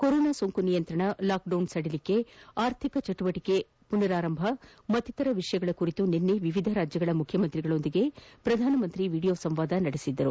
corona ಸೋಂಕು ನಿಯಂತ್ರಣ lockdown ಸಡಿಲಿಕೆ ಆರ್ಥಿಕ ಚಟುವಟಿಕೆಗಳ ಪುನರಾರಂಭ ಮತ್ತಿತರ ವಿಷಯಗಳ ಕುರಿತು ನಿನ್ನೆ ವಿವಿಧ ರಾಜ್ಯಗಳ ಮುಖ್ಯಮಂತ್ರಿಗಳ ಜೊತೆ ಪ್ರಧಾನಮಂತ್ರಿ ವೀಡಿಯೋ ಸಂವಾದ ನಡೆಸಿದ್ದರು